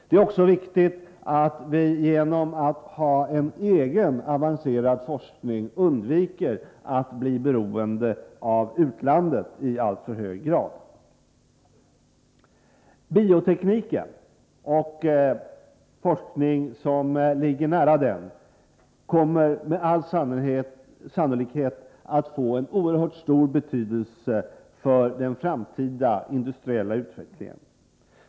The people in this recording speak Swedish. Det är också viktigt att vi genom att ha en egen avancerad forskning undviker att bli beroende av utlandet i alltför hög grad. Biotekniken och forskning som ligger nära den kommer med all sannolikhet att få en oerhört stor betydelse för den framtida industriella utvecklingen.